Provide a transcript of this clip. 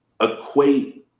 equate